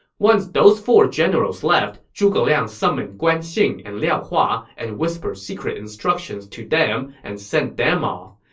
once those four generals left, zhuge liang summoned guan xing and liao hua and whispered secret instructions to them and sent them off.